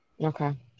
Okay